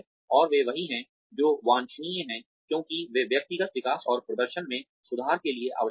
और वे वही हैं जो वांछनीय हैं क्योंकि वे व्यक्तिगत विकास और प्रदर्शन में सुधार के लिए आवश्यक हैं